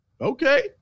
Okay